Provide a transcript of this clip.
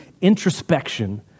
introspection